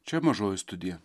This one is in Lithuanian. čia mažoji studija